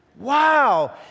Wow